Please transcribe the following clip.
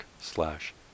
slash